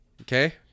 Okay